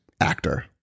actor